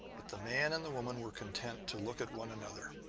but the man and the woman were content to look at one another.